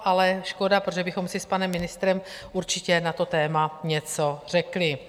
Ale škoda, protože bychom si s panem ministrem určitě na to téma něco řekli.